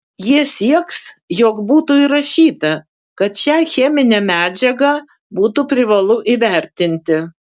jie sieks jog būtų įrašyta kad šią cheminę medžiagą būtų privalu įvertinti